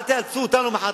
אל תאלצו אותנו מחר,